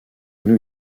new